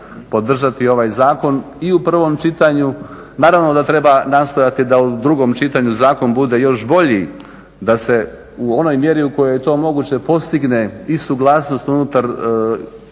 podržati ovaj zakon i u prvom čitanju. Naravno da treba nastojati da u drugom čitanju zakon bude još bolji, da se u onoj mjeri u kojoj je to moguće postigne i suglasnost između sindikata